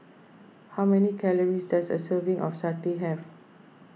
how many calories does a serving of Satay have